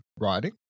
writing